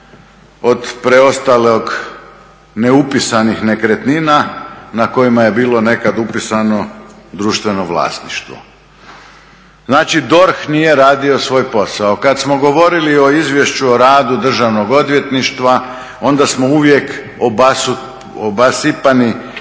od preostalih neupisanih nekretnina na kojima je bilo nekad upisano društveno vlasništvo. Znači DORH nije radio svoj posao. Kad smo govorili o izvješću o radu Državnog odvjetništva onda smo uvijek obasipani